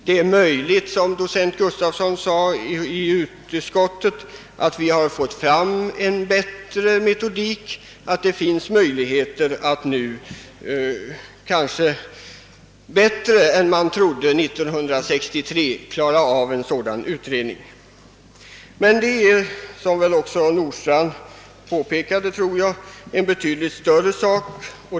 Det är möjligt — som docent Gustafsson sade i utskottet — att man nu fått fram en metodik och att det finns bättre möjligheter än år 1963 att genomföra en sådan här utredning. Men en utredning av detta slag är — som också herr Nordstrandh påpekade — en betydligt större sak.